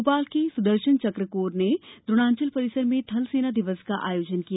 भोपाल में सुदर्शन चक कौर ने द्रोणांचल परिसर में थल सेना दिवस का आयोजन किया